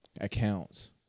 accounts